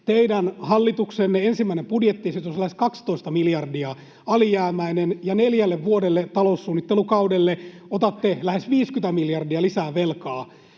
teidän hallituksenne ensimmäinen budjettiesitys on lähes 12 miljardia alijäämäinen. Neljälle vuodelle, taloussuunnittelukaudelle, otatte lähes 50 miljardia lisää velkaa.